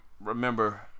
remember